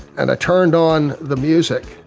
and i turned on the music,